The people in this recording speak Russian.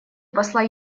посла